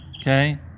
Okay